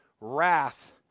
wrath